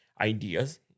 ideas